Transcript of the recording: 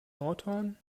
nordhorn